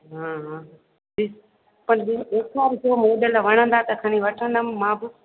हा हा ॾिस पंजवीह मॉडल वणंदा त खणी वठंदमि मां बि